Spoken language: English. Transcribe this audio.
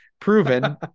proven